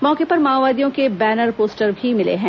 मौके पर माओवादियों के बैनर पोस्टर भी मिले हैं